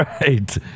right